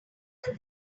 other